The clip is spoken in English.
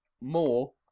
more